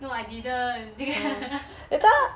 no I didn't